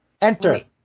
Enter